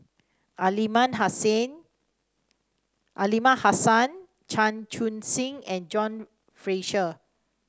Aliman Aliman Hassan Chan Chun Sing and John Fraser